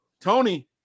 Tony